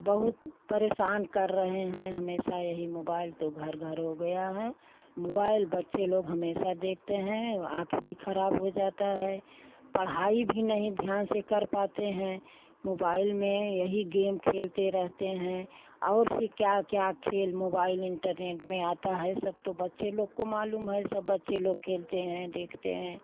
बहुत परेशान कर रहे हैं हमेशा यही मोबाएल तो घर घर हो गया है मोबाइल बच्चे लोग हमेशा देखते हैं आँख भी खराब हो जाता है पढ़ाई भी नहीं ध्यान से कर पाते हैं मोबाइल में यही गेम खेलते रहते हैं और सी क्या क्या खेल मोबाइल इन्टरनेट में आता हैं सब तो बच्चे लोग को मालूम है सब बच्चे लोग खेलते हैं देखते हैं